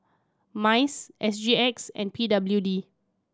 MICE S G X and P W D